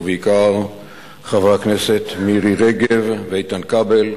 ובעיקר חברי הכנסת מירי רגב ואיתן כבל,